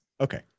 okay